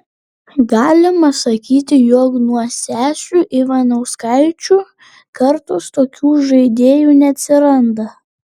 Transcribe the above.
galima sakyti jog nuo sesių ivanauskaičių kartos tokių žaidėjų neatsiranda